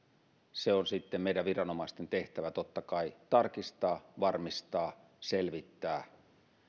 se on sitten meidän viranomaistemme tehtävä totta kai tarkistaa varmistaa selvittää